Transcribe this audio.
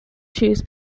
choose